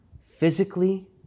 physically